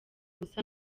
busa